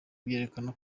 byerekana